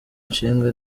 nshinga